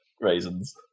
raisins